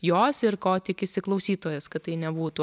jos ir ko tikisi klausytojas kad tai nebūtų